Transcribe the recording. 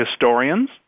historians